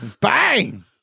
Bang